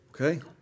Okay